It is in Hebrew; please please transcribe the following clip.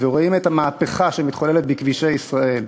ורואים את המהפכה שמתחוללת בכבישי ישראל,